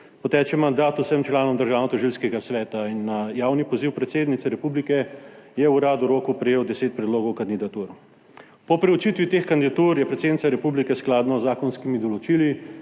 poteče mandat vsem članom Državnotožilskega sveta, in na javni poziv predsednice republike je urad v roku prejel 10 predlogov kandidatur. Po preučitvi teh kandidatur je predsednica republike skladno z zakonskimi določili